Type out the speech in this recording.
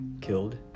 killed